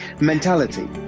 Mentality